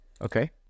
Okay